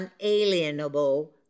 unalienable